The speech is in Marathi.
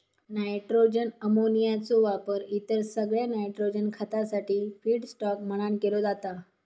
नायट्रोजन अमोनियाचो वापर इतर सगळ्या नायट्रोजन खतासाठी फीडस्टॉक म्हणान केलो जाता